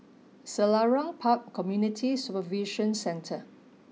Selarang Park Community Supervision Centre